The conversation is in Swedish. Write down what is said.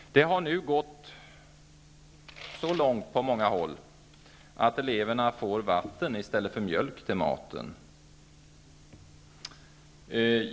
Det har nu gått så långt på många håll att eleverna får vatten i stället för mjölk till maten.